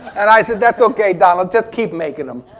and i said that's okay donald just keep making them!